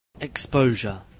exposure